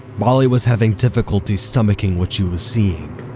molly was having difficulty stomaching what she was seeing.